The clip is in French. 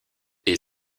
est